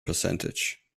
percentage